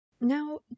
Now